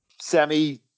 semi